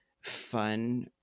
fun